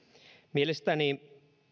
mielestäni